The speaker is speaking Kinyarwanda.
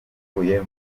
avuye